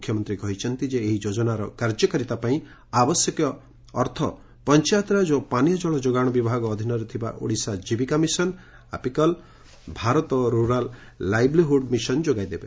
ମୁଖ୍ୟମନ୍ତୀ କହିଛନ୍ତି ଯେ ଏହି ଯୋଜନାର କାର୍ଯ୍ୟକାରୀତା ପାଇଁ ଆବଶ୍ୟକ ଅର୍ଥ ପଞାୟତରାଜ ଓ ପାନୀୟ ଜଳ ଯୋଗାଣ ବିଭାଗ ଅଧୀନରେ ଥିବା ଓଡ଼ିଶା ଜୀବୀକା ମିଶନ୍ ଆପିକଲ୍ ଭାରତ ରୁରାଲ୍ ଲାଇଭଲିହୁଡ୍ ମିଶନ୍ ଯୋଗାଇଦେବ